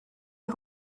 est